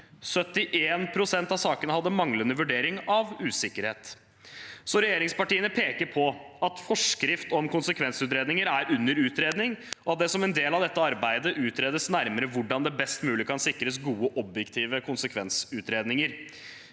71 pst. av sakene hadde manglende vurdering av usikkerhet. Regjeringspartiene peker på at forskrift om konsekvensutredninger er under utredning, og at det som en del av dette arbeidet utredes nærmere hvordan det best mulig kan sikres gode og objektive konsekvensutredninger.